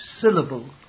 syllable